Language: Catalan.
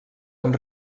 amb